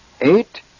Eight